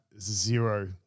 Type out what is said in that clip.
zero